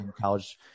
college